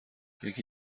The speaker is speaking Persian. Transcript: یکی